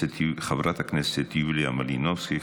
חברת הכנסת יוליה מלינובסקי,